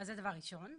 זה דבר ראשון.